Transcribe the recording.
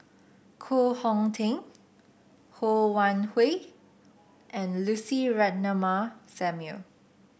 Koh Hong Teng Ho Wan Hui and Lucy Ratnammah Samuel